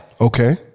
Okay